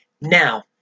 Now